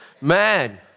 man